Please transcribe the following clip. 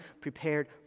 prepared